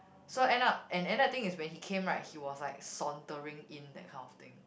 so end up and then thing is when he came right he was like sauntering in that kind of thing